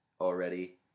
already